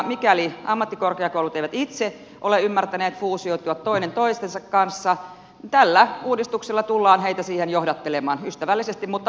mikäli ammattikorkeakoulut eivät itse ole ymmärtäneet fuusioitua toinen toistensa kanssa tällä uudistuksella tullaan heitä siihen johdattelemaan ystävällisesti mutta määrätietoisesti